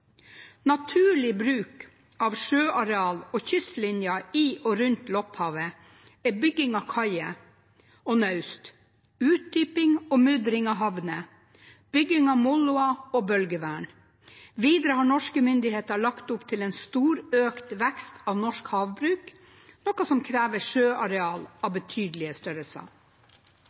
Naturlig bruk av sjøareal og kystlinjen i og rundt Lopphavet er bygging av kaier og naust, utdyping og mudring av havner, bygging av moloer og bølgevern. Videre har norske myndigheter lagt opp til en stor økt vekst av norsk havbruk, noe som krever sjøareal av